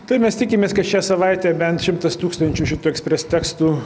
tai mes tikimės kad šią savaitę bent šimtas tūkstančių šitų expres tekstų